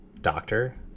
doctor